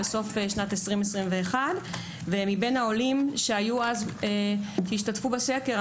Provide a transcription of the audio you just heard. בסוף שנת 2021. מבין העולים שהשתתפו בסקר,